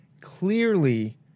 Clearly